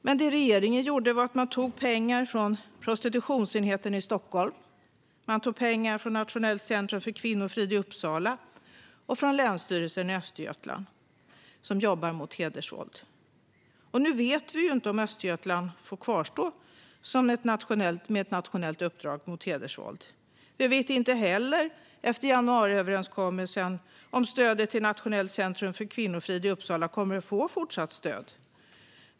Men det regeringen gjorde var att ta pengar från prostitutionsenheten i Stockholm, från Nationellt centrum för kvinnofrid i Uppsala och från länsstyrelsen i Östergötland, som jobbar mot hedersvåld. Nu vet vi inte om Östergötland får kvarstå med ett nationellt uppdrag mot hedersvåld. Efter januariöverenskommelsen vet vi inte heller om Nationellt centrum för kvinnofrid i Uppsala kommer att få fortsatt stöd.